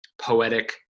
poetic